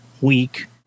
week